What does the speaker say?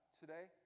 today